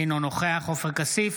אינו נוכח עופר כסיף,